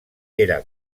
era